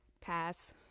Pass